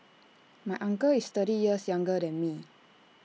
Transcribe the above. my uncle is thirty years younger than me